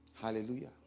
Hallelujah